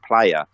player